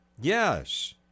Yes